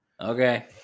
Okay